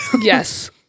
yes